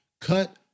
cut